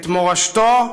את מורשתו,